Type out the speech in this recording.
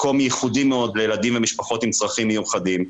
מקום ייחודי מאוד לילדים ממשפחות עם צרכים מיוחדים.